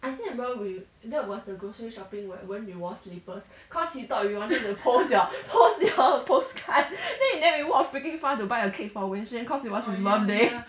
I still remember we that was the grocery shopping where wenyu wore slippers cause he thought we wanted to post your post your postcard then in the end we walked freaking far to buy a cake for wenxuan cause it was his birthday